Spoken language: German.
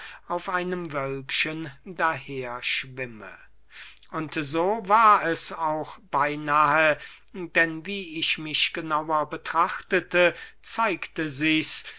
auf einem wölkchen daher schwimme und so war es auch beynahe denn wie ich mich genauer betrachtete zeigte sichs